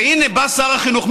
והינה בא שר החינוך,